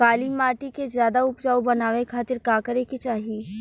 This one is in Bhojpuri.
काली माटी के ज्यादा उपजाऊ बनावे खातिर का करे के चाही?